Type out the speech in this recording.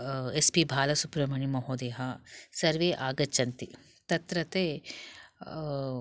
S P Balasubrahmanyam महोदयः सर्वे आगच्छन्ति तत्र ते